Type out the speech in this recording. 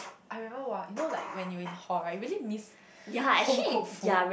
I remember !wah! you know like when you in hall right you really miss home cook food